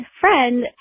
friend